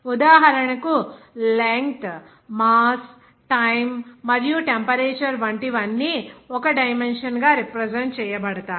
ఉదాహరణకు length mass time మరియు temperature వంటివి అన్నీ ఒక డైమెన్షన్ గా రిప్రజెంట్ చేయబడతాయి